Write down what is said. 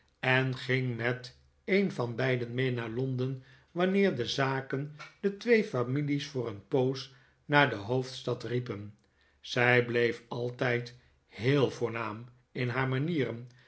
en ging met een van beiden mee naar londen wanneer de zaken de twee families voor een poos naar de hoofdstad riepen zij bleef altijd heel voornaam in haar manieren